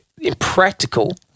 impractical